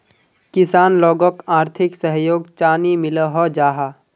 किसान लोगोक आर्थिक सहयोग चाँ नी मिलोहो जाहा?